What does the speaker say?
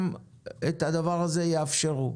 גם את הדבר הזה יאפשרו.